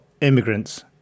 immigrants